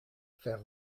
faire